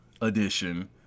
edition